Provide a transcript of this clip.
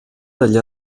dagli